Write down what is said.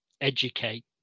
educate